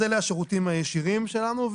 אלה השירותים הישירים שלנו.